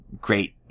great